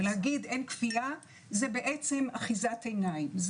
לומר שאין כפייה זה אחיזת עיניים.